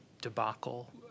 debacle